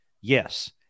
Yes